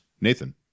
Nathan